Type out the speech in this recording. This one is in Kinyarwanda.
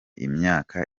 imyaka